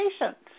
patients